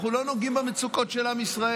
אנחנו לא נוגעים במצוקות של עם ישראל,